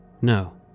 No